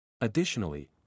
Additionally